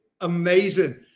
Amazing